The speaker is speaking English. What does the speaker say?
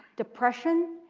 depression,